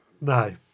No